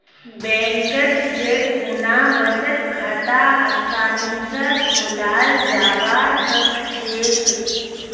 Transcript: बैंकत जै खुना बचत खाता आसानी स खोलाल जाबा सखछेक